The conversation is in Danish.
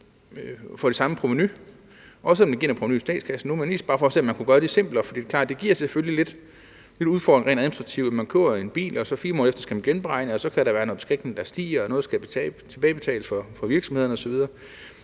og få det samme provenu, også når det gælder provenuet i statskassen. Det var egentlig mest for at se, om man kunne gøre det simplere. For det er klart, at det selvfølgelig giver lidt udfordringer rent administrativt, at man køber en bil, og 4 måneder efter skal man så genberegne, og så kan der være noget beskatning, der stiger, og noget, der skal tilbagebetales af virksomheden osv.